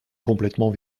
complètement